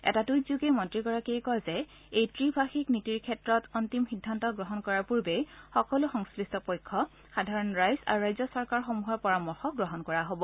এটা টুইটযোগে মন্ত্ৰীগৰাকীয়ে কয় যে এই গ্ৰিভাষিক নীতিৰ ক্ষেত্ৰত অন্তিম সিদ্ধান্ত গ্ৰহণ কৰাৰ পুৰ্বে সকলো সংশ্লিষ্ট পক্ষ সাধাৰণ ৰাইজ আৰু ৰাজ্য চৰকাৰসমূহৰ পৰামৰ্শ গ্ৰহণ কৰা হ'ব